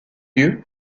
lieu